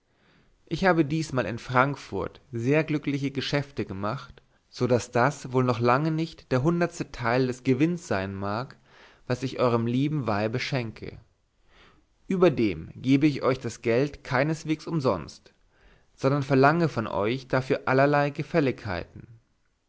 ich habe diesmal in frankfurt sehr glückliche geschäfte gemacht so daß das wohl noch lange nicht der hundertste teil des gewinns sein mag was ich euerm lieben weibe schenkte überdem gebe ich euch das geld keineswegs umsonst sondern verlange von euch dafür allerlei gefälligkeiten